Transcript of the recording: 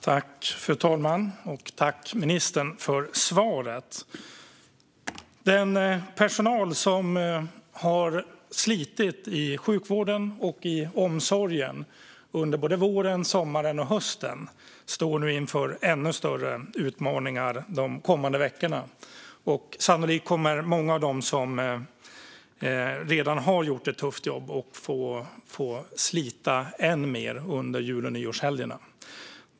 Fru talman! Tack, ministern, för svaret! Den personal som har slitit i sjukvården och omsorgen under både våren, sommaren och hösten står nu inför ännu större utmaningar de kommande veckorna. Sannolikt kommer många av dem som redan har gjort ett tufft jobb att få slita ännu mer under jul och nyårshelgerna.